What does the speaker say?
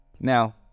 now